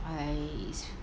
I it's